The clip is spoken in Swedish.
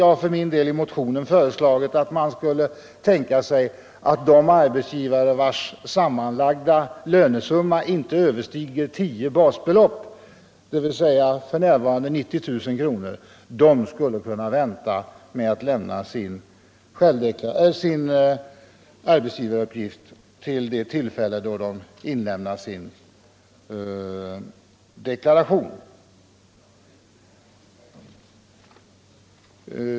Jag har i min motion föreslagit att man kan tänka sig att de arbetsgivare vilkas sammanlagda lönesumma inte överstiger tio basbelopp, dvs. för närvarande 90 000 kronor, kan vänta med att lämna in sin arbetsgivaruppgift till det tillfälle då de avger sin självdeklaration.